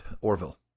Orville